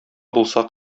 булса